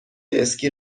اسکی